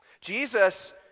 Jesus